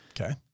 Okay